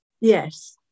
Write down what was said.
yes